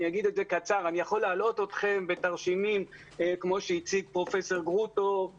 אני יכול להלאות אתכם בתרשימים כמו שהציג פרופ' גרוטו.